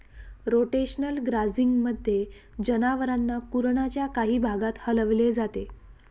rotational ग्राझिंगमध्ये, जनावरांना कुरणाच्या काही भागात हलवले जाते